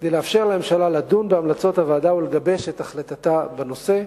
כדי לאפשר לממשלה לדון בהמלצות הוועדה ולגבש את החלטתה בנושא.